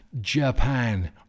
Japan